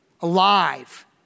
alive